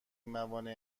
موانع